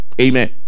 Amen